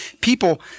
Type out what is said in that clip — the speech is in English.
people